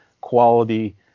quality